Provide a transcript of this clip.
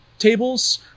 tables